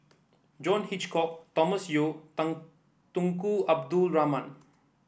John Hitchcock Thomas Yeo Tunku Abdul Rahman